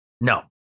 No